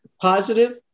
Positive